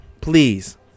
please